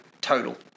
total